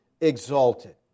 exalted